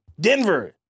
Denver